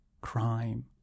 crime